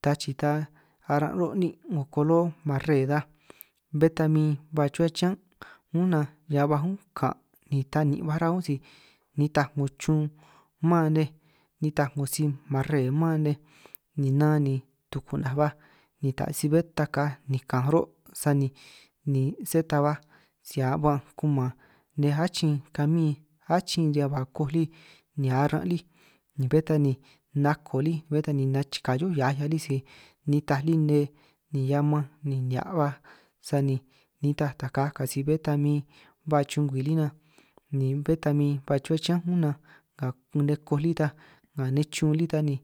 Ta chii ta aran' ruhuo' níin' 'ngo kolor marre ta bé ta min ba chuhua chiñán únj, nan hiaj baj únj kan' ni ta nni' baj ruhua únj si nitaj 'ngo chun mán nej nitaj 'ngo si marre man nej, ni nan ni tuku'naj baj ni ta si bé ta kaj nikanj ruhuo' sani ni sé ta baj si ba'anj kuman nej, achin kamin achin riñan ba koj lí ni arran' lí ni bé ta ni nako lí, bé ta ni nachikaj hio'ó hiaj 'hiaj lí si nitaj lí nne ni ñan manj ni nihia' baj, sani nitaj ta kaj ka' si bé ta min ba chungwi lí nan ni bé tan min ba chuhua chiñán únj nan, nga nej koj lí ta nga nej chun lí ta ni